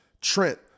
trent